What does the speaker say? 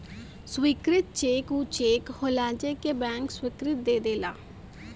स्वीकृत चेक ऊ चेक होलाजे के बैंक स्वीकृति दे देला